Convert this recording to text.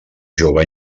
jove